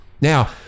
Now